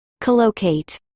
Collocate